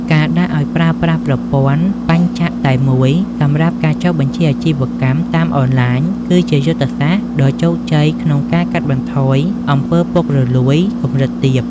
ការដាក់ឱ្យប្រើប្រាស់ប្រព័ន្ធ "បញ្ជរតែមួយ" សម្រាប់ការចុះបញ្ជីអាជីវកម្មតាមអនឡាញ គឺជាយុទ្ធសាស្ត្រដ៏ជោគជ័យក្នុងការកាត់បន្ថយ អំពើពុករលួយ កម្រិតទាប។